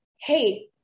Hey